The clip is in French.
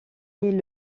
est